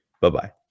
Bye-bye